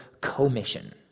commission